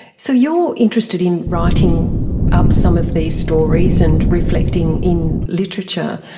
so you're interested in writing up some of these stories and reflecting in literature.